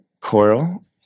coral